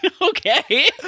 okay